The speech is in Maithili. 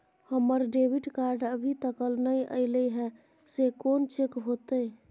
हमर डेबिट कार्ड अभी तकल नय अयले हैं, से कोन चेक होतै?